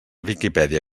viquipèdia